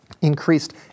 Increased